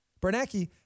Bernanke